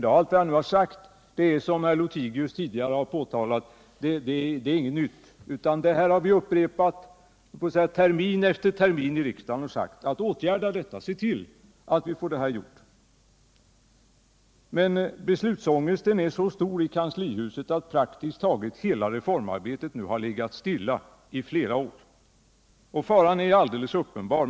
Allt det som jag nu har sagt är, som herr Lothigius tidigare har framhållit, inget nytt. Vi har upprepat det termin efter termin i riksdagen och sagt: Åtgärda detta! Se till att vi får det här gjort! Men beslutsångesten är så stor i kanslihuset att praktiskt taget hela reformarbetet nu har legat stilla i Nera år. Och faran är alldeles uppenbar.